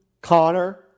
Connor